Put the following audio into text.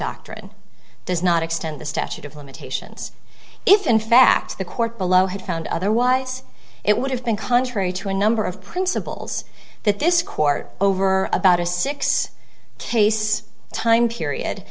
doctrine does not extend the statute of limitations if in fact the court below had found otherwise it would have been contrary to a number of principles that this court over about a six case time period